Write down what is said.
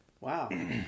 Wow